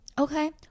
okay